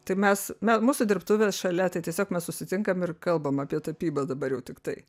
tai mes me mūsų dirbtuvės šalia tai tiesiog mes susitinkam ir kalbam apie tapybą dabar jau tik tai